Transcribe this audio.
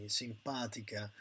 simpatica